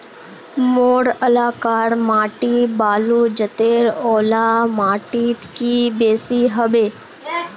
मोर एलाकार माटी बालू जतेर ओ ला माटित की बेसी हबे?